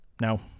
Now